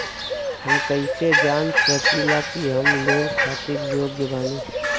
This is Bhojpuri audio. हम कईसे जान सकिला कि हम लोन खातिर योग्य बानी?